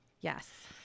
Yes